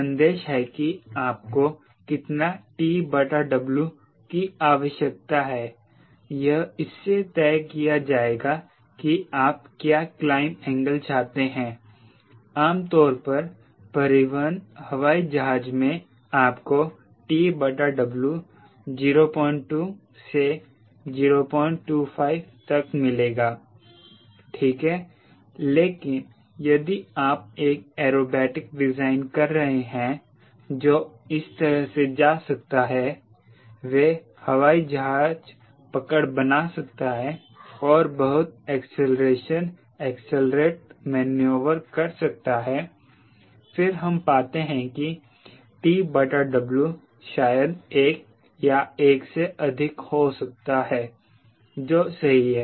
संदेश है कि आपको कितना TW की आवश्यकता है यह इससे किया जाएगा कि आप क्या क्लाइंब एंगल चाहते हैं आमतौर पर परिवहन हवाई जहाज मैं आपको TW 02 से 025 तक मिलेगा ठीक है लेकिन यदि आप एक एरोबेटिक डिजाइन कर रहे हैं जो इस तरह से जा सकता है वह हवाई जहाज पकड़ बना सकता है और बहुत एक्सीलरेशन एक्सिलरेट मैन्युवर कर सकता है फिर हम पाते हैं कि TW शायद एक या एक से अधिक हो सकता है जो सही है